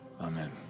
amen